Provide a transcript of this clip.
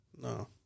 no